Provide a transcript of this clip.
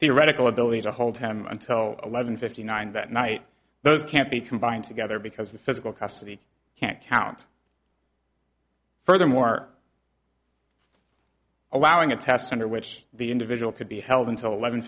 theoretical ability to hold him until eleven fifty nine that night those can't be combined together because the physical custody can't count furthermore allowing a test under which the individual could be held until eleven